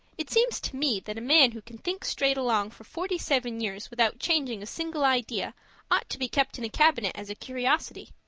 it seems to me that a man who can think straight along for forty-seven years without changing a single idea ought to be kept in a cabinet as a curiosity.